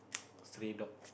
stray dog